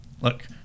look